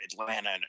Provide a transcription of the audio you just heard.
Atlanta